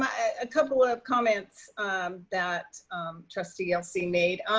a couple of comments that trustee yelsey made.